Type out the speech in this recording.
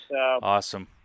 Awesome